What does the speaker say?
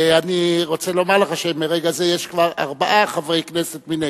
אני רוצה לומר לך שמרגע זה יש ארבעה חברי כנסת מנגבה.